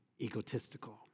egotistical